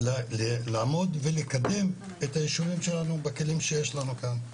לעמוד ולקדם את היישובים שלנו בכלים שיש לנו כאן.